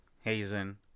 Hazen